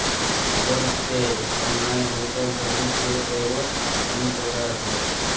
phone पे online भुगतान service के एगो अन्य प्रकार हय